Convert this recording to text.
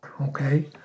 Okay